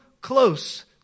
close